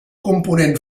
component